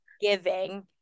giving